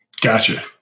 Gotcha